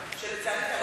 אדוני,